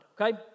Okay